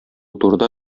турыда